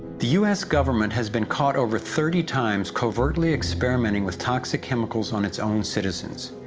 the u s. government has been caught over thirty times covertly experimenting with toxic chemicals on its own citizens,